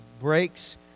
breaks